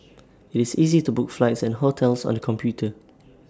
IT is easy to book flights and hotels on the computer